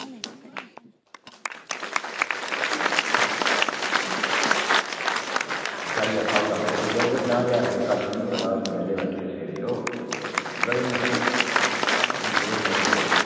ओह् ध्याड़ियै दा स्हाब ला करो देई ओड़गे उ'नेंगी पंजाह् पंजाह् रपेऽ घट्ट उ'नेंगी पता फ्ही बेह्ले बैठे दे सवेरे दे ओह् समझै दे नी तुस हां उ'नेंगी केह् सनाई ओड़गे भई